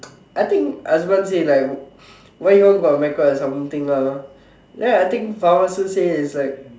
I think Asman say like why you want go America or something lah then I think that Fawaz also say it's like